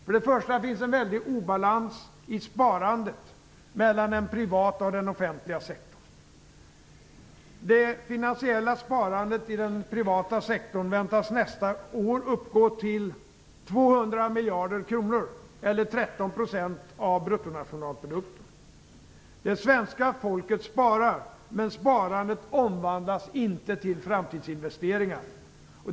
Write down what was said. För det första finns det en väldig obalans i sparandet mellan den privata och den offentliga sektorn. Det finansiella sparandet i den privata sektorn väntas nästa år uppgå till 200 miljarder kronor, eller 13 % av bruttonationalprodukten. Det svenska folket sparar, men sparandet omvandlas inte till framtidsinvesteringar.